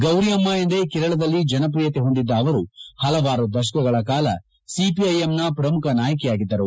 ಗೌರಿ ಅಮ್ಮ ಎಂದೇ ಕೇರಳದಲ್ಲಿ ಜನಪ್ರಿಯತೆ ಹೊಂದಿದ್ದ ಅವರು ಹಲವಾರು ದಶಕಗಳ ಕಾಲ ಸಿಪಿಐಎಂನ ಪ್ರಮುಖ ನಾಯಕಿಯಾಗಿದ್ದರು